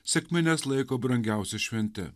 sekmines laiko brangiausia švente